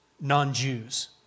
non-Jews